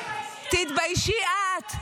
לא, תתביישי את --- תתביישי את.